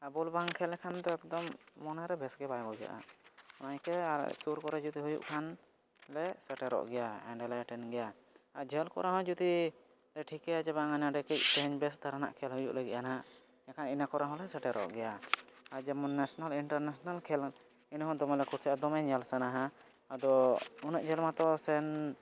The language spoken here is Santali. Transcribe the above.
ᱟᱨ ᱵᱚᱞ ᱵᱟᱝ ᱠᱷᱮᱹᱞ ᱞᱮᱠᱷᱟᱱ ᱫᱚ ᱮᱠᱫᱚᱢ ᱢᱚᱱᱮ ᱨᱮ ᱵᱮᱥ ᱜᱮ ᱵᱟᱭ ᱵᱩᱡᱷᱟᱹᱜᱼᱟ ᱚᱱᱟ ᱪᱤᱠᱟᱹ ᱟᱨ ᱥᱩᱨ ᱠᱚᱨᱮ ᱡᱩᱫᱤ ᱦᱩᱭᱩᱜ ᱠᱷᱟᱱ ᱞᱮ ᱥᱮᱴᱮᱨᱚᱜ ᱜᱮᱭᱟ ᱮᱸᱰᱮ ᱞᱮ ᱮᱴᱮᱱ ᱜᱮᱭᱟ ᱟᱨ ᱡᱷᱟᱹᱞ ᱠᱚᱨᱮ ᱦᱚᱸ ᱡᱩᱫᱤ ᱞᱮ ᱴᱷᱤᱠᱟᱹᱭᱟ ᱠᱤ ᱵᱟᱝᱟ ᱱᱚᱸᱰᱮ ᱛᱮᱦᱮᱧ ᱵᱮᱥ ᱫᱷᱟᱨᱟᱱᱟᱜ ᱠᱷᱮᱹᱞ ᱦᱩᱭᱩᱜ ᱞᱟᱹᱜᱤᱫᱼᱟ ᱱᱟᱦᱟᱸᱜ ᱮᱱᱠᱷᱟᱱ ᱤᱱᱟᱹ ᱠᱚᱨᱮ ᱦᱚᱸᱞᱮ ᱥᱮᱴᱮᱨᱚᱜ ᱜᱮᱭᱟ ᱟᱨ ᱡᱮᱢᱚᱱ ᱱᱮᱥᱱᱮᱞ ᱤᱱᱴᱟᱨᱱᱮᱥᱱᱮᱞ ᱠᱷᱮᱹᱞ ᱤᱱᱟᱹ ᱦᱚᱸ ᱫᱚᱢᱮ ᱞᱮ ᱠᱩᱥᱤᱭᱟᱜᱼᱟ ᱫᱚᱢᱮ ᱧᱮᱞ ᱥᱟᱱᱟᱣᱟ ᱟᱫᱚ ᱩᱱᱟᱹᱜ ᱡᱷᱟᱹᱞ ᱢᱟᱛᱚ ᱥᱮᱱ